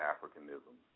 Africanism